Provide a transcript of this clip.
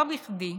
ולא בכדי,